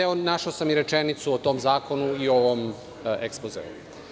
Evo, našao sam i rečenicu o tom zakonu i u ovom ekspozeu.